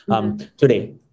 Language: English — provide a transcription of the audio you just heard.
today